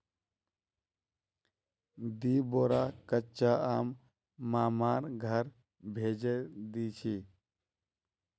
दी बोरा कच्चा आम मामार घर भेजे दीछि